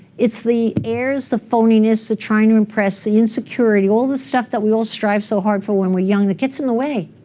it's the airs, the phoniness, the trying to impress, the insecurity, all the stuff that we all strive so hard for when we're young that gets in the way.